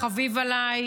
החביב עליי,